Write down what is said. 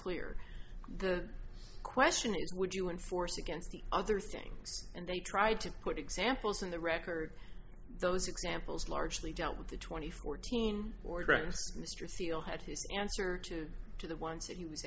clear the question is would you enforce against the other things and they tried to put examples in the record those examples largely dealt with the two thousand and fourteen or trends mr seale had his answer to to the ones that he was